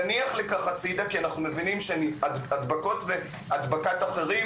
נניח לכך הצידה כי אנחנו מבינים שהדבקות והדבקת אחרים,